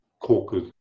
caucus